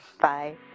Bye